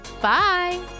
Bye